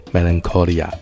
Melancholia